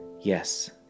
Yes